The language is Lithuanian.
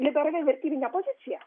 liberali vertybinė pozicija